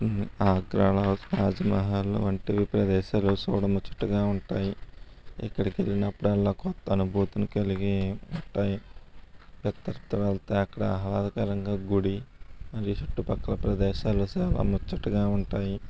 ఆగ్రాలో తాజ్ మహల్ వంటివి ప్రదేశాలు చూడముచ్చటగా ఉంటాయి ఇక్కడికి వెళ్ళినప్పుడు కొత్త అనుభూతుని కలిగి ఉంటాయి పెద్దతరా అక్కడ ఆహ్లాదకరంగా గుడి చుట్టుపక్కల ప్రదేశాలు చాలా ముచ్చటగా ఉంటాయి